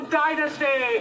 dynasty